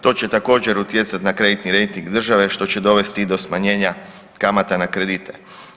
To će također utjecati na kreditni rejting države što će dovesti i do smanjenja kamata na kredite.